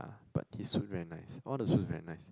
ah but this shoe very nice all the shoes is very nice